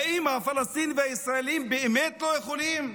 האם הפלסטינים והישראלים באמת לא יכולים?